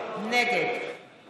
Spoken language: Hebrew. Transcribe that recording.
נגד